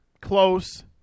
close